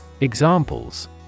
Examples